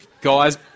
Guys